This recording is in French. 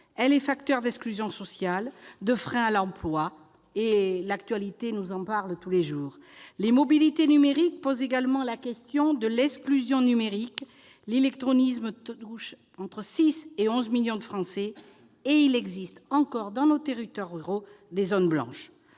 Elle est facteur d'exclusion sociale et de frein à l'emploi, comme l'actualité en témoigne tous les jours. Les mobilités numériques posent également la question de l'exclusion numérique : l'illectronisme touche 6 à 11 millions de Français et il existe encore dans nos territoires ruraux des zones blanches.